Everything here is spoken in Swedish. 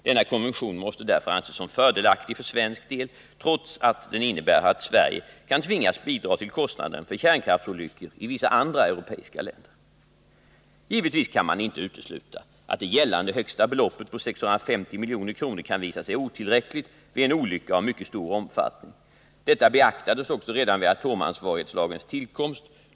Denna konvention måste därför anses som fördelaktig för svensk del, trots att den innebär att Sverige kan tvingas bidra till kostnaden för kärnkraftsolyckor i vissa andra europeiska länder. Givetvis kan man inte utesluta att det gällande högsta beloppet på 650 milj.kr. kan visa sig otillräckligt vid en olycka av mycket stor omfattning. Detta beaktades också redan vid atomansvarighetslagens tillkomst.